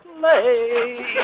play